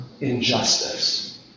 injustice